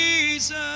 Jesus